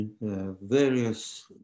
various